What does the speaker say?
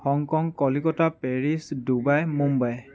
Hong Kong Kolkata Paris Dubai Mumbai